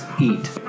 eat